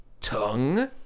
tongue